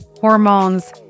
hormones